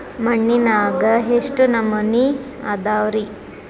ಮಣ್ಣಿನಾಗ ಎಷ್ಟು ನಮೂನೆ ಅದಾವ ರಿ?